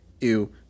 Ew